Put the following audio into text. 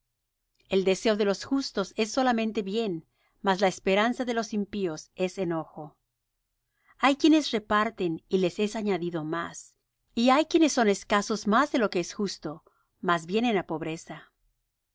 el deseo de los justos es solamente bien mas la esperanza de los impíos es enojo hay quienes reparten y les es añadido más y hay quienes son escasos más de lo que es justo mas vienen á pobreza el